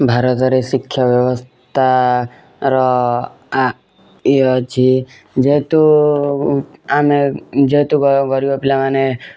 ଭାରତରେ ଶିକ୍ଷାବ୍ୟବସ୍ଥା ର ଆ ଇ ଅଛି ଯେହେତୁ ଆମେ ଯେହେତୁ ଗରୀବ ପିଲାମାନେ